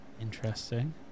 Interesting